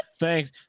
Thanks